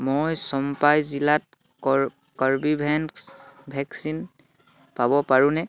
মই চম্পাই জিলাত Corbevax vaccine পাব পাৰোঁনে